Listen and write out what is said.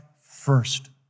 first